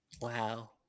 wow